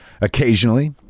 occasionally